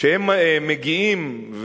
כשהם מגיעים,